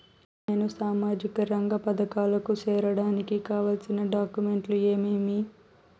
నేను సామాజిక రంగ పథకాలకు సేరడానికి కావాల్సిన డాక్యుమెంట్లు ఏమేమీ?